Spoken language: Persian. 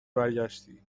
برگشتی